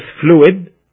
fluid